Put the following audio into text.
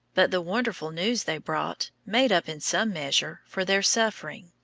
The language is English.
but the wonderful news they brought made up in some measure for their suffering.